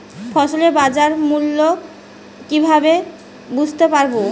ফসলের বাজার মূল্য কিভাবে বুঝতে পারব?